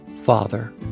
Father